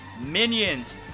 Minions